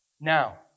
Now